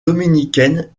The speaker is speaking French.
dominicaine